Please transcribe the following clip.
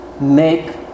make